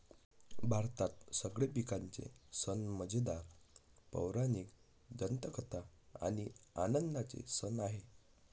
भारतात सगळे पिकांचे सण मजेदार, पौराणिक दंतकथा आणि आनंदाचे सण आहे